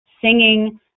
singing